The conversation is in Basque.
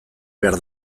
behar